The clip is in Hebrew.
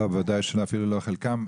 לא, בוודאי שלא, גם לא את חלקן.